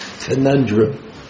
conundrum